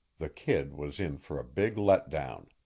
the kid was in for a big letdown.